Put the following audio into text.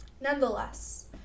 Nonetheless